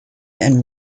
and